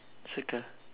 circle